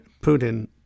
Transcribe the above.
Putin